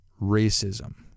racism